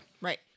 Right